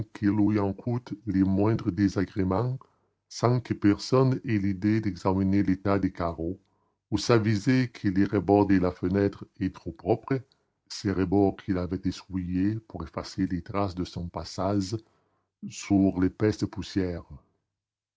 le moindre désagrément sans que personne ait l'idée d'examiner l'état des carreaux ou s'avise que le rebord de la fenêtre est trop propre ce rebord qu'il avait essuyé pour effacer les traces de son passage sur l'épaisse poussière